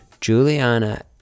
Juliana